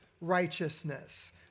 righteousness